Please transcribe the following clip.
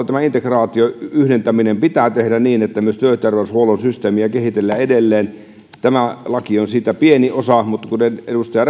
tämä integraatio yhdentäminen pitää tehdä niin että myös työterveyshuollon systeemiä kehitellään edelleen tämä laki on siitä pieni osa mutta edustaja